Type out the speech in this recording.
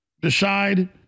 decide